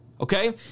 Okay